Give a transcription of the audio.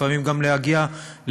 לפעמים גם כדי להגיע לקריית-שמונה,